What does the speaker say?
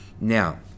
Now